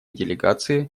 делегации